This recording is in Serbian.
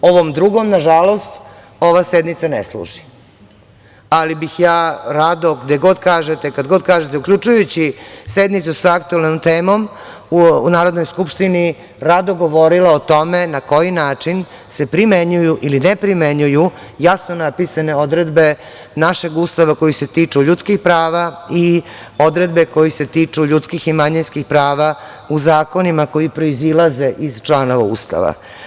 Ovom drugom nažalost, ova sednica ne služi, ali bih rado gde god kažete, kada god kažete, uključujući sednicu sa aktuelnom temom u Narodnoj skupštini rado govorila o tome na koji način se primenjuju ili ne primenjuju jasno napisane odredbe našeg Ustava koji se tiče ljudskih prava i odredbe koje se tiču ljudskih i manjinskih prava u zakonima koji proizilaze iz člana Ustava.